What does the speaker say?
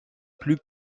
plus